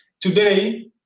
Today